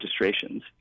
registrations